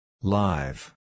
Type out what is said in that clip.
Live